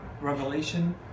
revelation